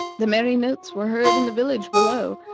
the merry notes were heard in the village below,